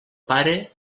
pare